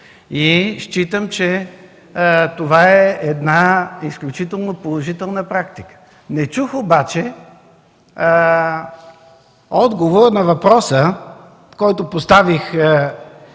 и считам, че това е една изключително положителна практика. Не чух обаче отговор на въпроса, който поставих